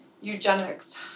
eugenics